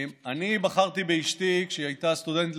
אני בחרתי באשתי כשהיא הייתה סטודנטית